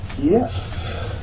Yes